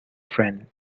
friend